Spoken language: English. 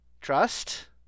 trust